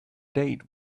date